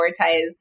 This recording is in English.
prioritize